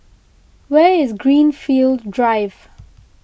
where is Greenfield Drive